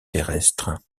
terrestre